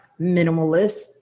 minimalist